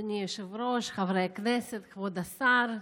אדוני היושב-ראש, חברי הכנסת, כבוד השר,